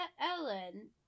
Ellen